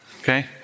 Okay